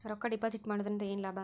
ರೊಕ್ಕ ಡಿಪಾಸಿಟ್ ಮಾಡುವುದರಿಂದ ಏನ್ ಲಾಭ?